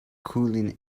cooling